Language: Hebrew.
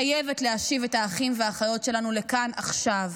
חייבת להשיב את האחים והאחיות שלנו לכאן עכשיו.